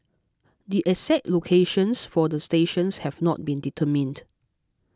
the exact locations for the stations have not been determined